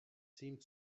seemed